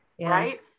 right